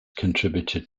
contributed